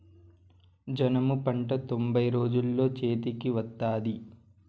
జనుము పంట తొంభై రోజుల్లో చేతికి వత్తాది